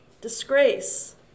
disgrace